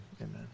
Amen